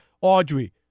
Audrey